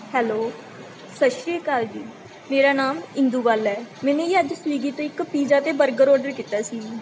hello ਸਤਿ ਸ਼੍ਰੀ ਅਕਾਲ ਜੀ ਮੇਰਾ ਨਾਮ ਇੰਦੂ ਬਾਲਾ ਹੈ ਮੈੇਨੇ ਜੀ ਅੱਜ ਸਵੀਗੀ ਤੋਂ ਇੱਕ ਪੀਜ਼ਾ ਅਤੇ ਬਰਗਰ ਆਰਡਰ ਕੀਤਾ ਸੀ